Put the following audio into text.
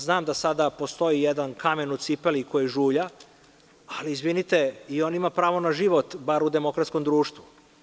Znam da sada postoji jedan kamen u cipeli koji žulja, ali izvinite i on ima pravo na život, bar u demokratskom društvu.